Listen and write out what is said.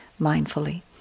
mindfully